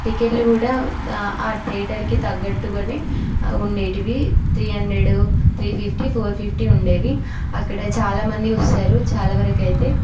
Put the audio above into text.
టికెట్లు కూడా ఆ థియేటర్కి తగ్గట్టుగనే ఉండేటివి three hundred three fifty four fifty ఉండేవి అక్కడ చాలామంది వస్తారు చాలా వరకైతే